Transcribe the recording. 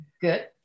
Good